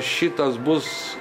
šitas bus